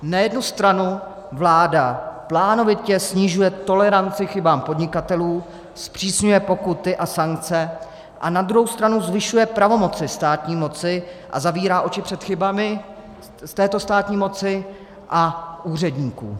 Na jednu stranu vláda plánovitě snižuje toleranci k chybám podnikatelů, zpřísňuje pokuty a sankce, a na druhou stranu zvyšuje pravomoci státní moci a zavírá oči před chybami této státní moci a úředníků.